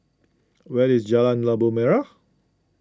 where is Jalan Labu Merah